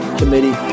committee